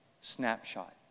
snapshot